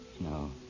No